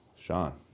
Sean